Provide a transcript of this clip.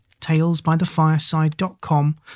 talesbythefireside.com